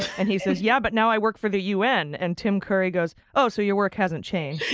and he says, yeah, but now i work for the u. n. and tim curry goes, oh, so your work hasn't changed.